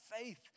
faith